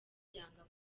yanga